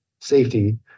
safety